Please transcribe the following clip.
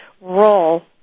role